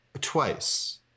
Twice